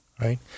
right